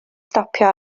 stopio